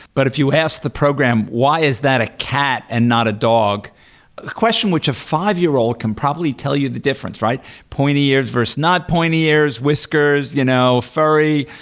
but if you ask the program why is that a cat and not a dog, a question which a five-year-old can probably tell you the difference, right? pointy ears versus not pointy ears, whiskers, you know furry,